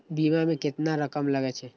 बीमा में केतना रकम लगे छै?